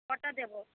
কটা দেবো